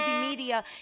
Media